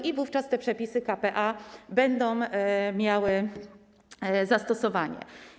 Tylko wówczas te przepisy k.p.a. będą miały zastosowanie.